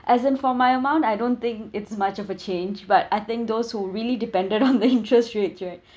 as in for my amount I don't think it's much of a change but I think those who really depended on the interest rate right